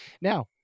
Now